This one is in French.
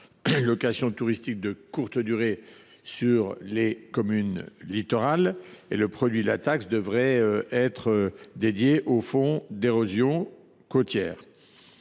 locations touristiques de courte durée dans les communes littorales. Le produit de ladite taxe devra être versé au fonds érosion côtière,